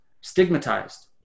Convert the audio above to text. stigmatized